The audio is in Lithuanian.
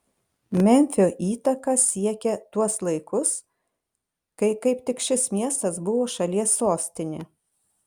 memfio įtaka siekė tuos laikus kai kaip tik šis miestas buvo šalies sostinė